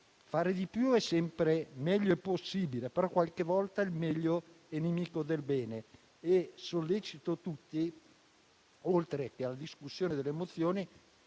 Fare di più è sempre meglio e possibile, però qualche volta il meglio è nemico del bene. Sollecito tutti, oltre alla discussione delle mozioni,